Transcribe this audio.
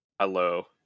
hello